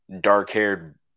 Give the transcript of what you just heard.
dark-haired